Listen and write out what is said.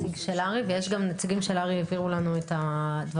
ונציגים של הר"י גם העבירו לנו את הדברים.